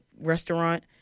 restaurant